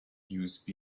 usb